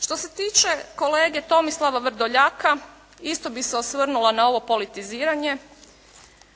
Što se tiče kolege Tomislava Vrdoljaka isto bi se osvrnula na ovo politiziranje.